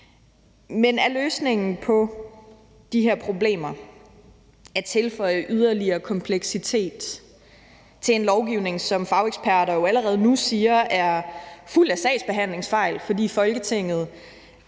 Men er løsningen på de her problemer at tilføje yderligere kompleksitet til en lovgivning, som fageksperter allerede nu siger er fuld af sagsbehandlingsfejl, fordi Folketinget